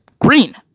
Green